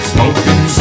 Smoking